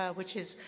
ah which is,